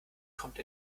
kommt